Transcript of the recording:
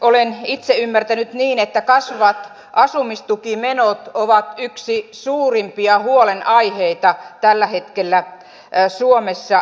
olen itse ymmärtänyt niin että kasvavat asumistukimenot ovat yksi suurimpia huolenaiheita tällä hetkellä suomessa